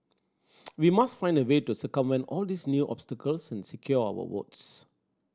we must find a way to circumvent all these new obstacles and secure our votes